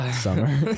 summer